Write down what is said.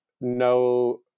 no